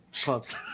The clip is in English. Clubs